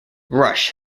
rush